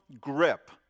grip